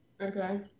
Okay